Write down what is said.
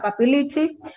capability